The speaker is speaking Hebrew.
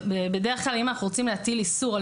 בדרך כלל אם אנחנו רוצים להטיל איסור על